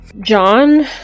John